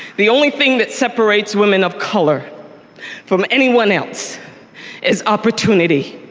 the only thing that separates women of color from anyone else is opportunity.